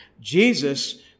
Jesus